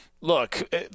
look